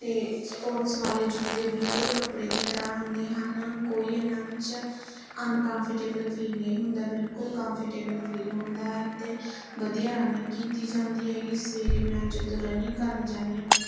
ਅਤੇ ਸਪੋਰਟਸ ਵਾਲੇ ਜੁੱਤੇ ਬਿਲਕੁਲ ਕੱਪੜੇ ਦੀ ਤਰ੍ਹਾਂ ਹੁੰਦੇ ਹਨ ਕੋਈ ਇਹਨਾਂ ਵਿੱਚ ਅਨਕੰਫਰਟੇਬਲ ਫੀਲ ਨਹੀਂ ਹੁੰਦਾ ਬਿਲਕੁਲ ਕੰਫਰਟੇਬਲ ਫੀਲ ਹੁੰਦਾ ਹੈ ਅਤੇ ਵਧੀਆ ਰਨਿੰਗ ਕੀਤੀ ਜਾਂਦੀ ਹੈਗੀ ਸਵੇਰੇ ਮੈਂ ਜਦੋਂ ਰਨਿੰਗ ਕਰਨ ਜਾਂਦੀ ਹਾਂ